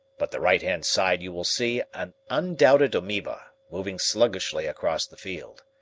but the right-hand side you will see an undoubted amoeba, moving sluggishly across the field.